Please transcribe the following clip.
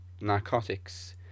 narcotics